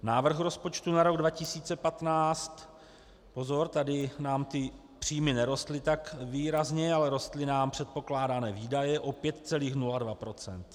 Návrh rozpočtu na rok 2015 pozor, tady nám ty příjmy nerostly tak výrazně, ale rostly nám předpokládané výdaje o 5,02 %.